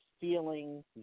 feeling